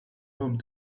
home